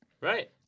right